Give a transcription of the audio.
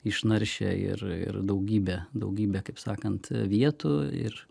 išnaršę ir ir daugybę daugybę kaip sakant vietų ir